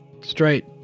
Straight